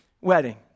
wedding